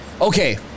Okay